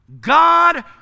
God